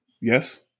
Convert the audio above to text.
Yes